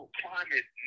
climate